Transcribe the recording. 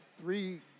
three